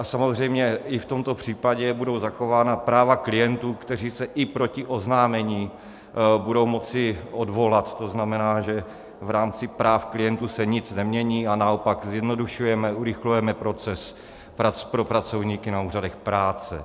Samozřejmě i v tomto případě budou zachována práva klientů, kteří se i proti oznámení budou moci odvolat, to znamená, že v rámci práv klientů se nic nemění, a naopak zjednodušujeme, zrychlujeme proces pro pracovníky na úřadech práce.